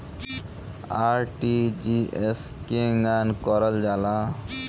RTGS केगा करलऽ जाला?